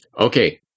Okay